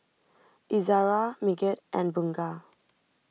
Izzara Megat and Bunga